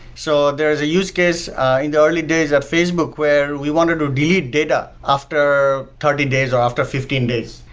so there is a use case in the early days at facebook where we wanted to delete data after thirty days or after fifteen days.